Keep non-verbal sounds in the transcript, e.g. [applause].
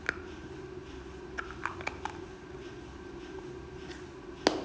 [noise]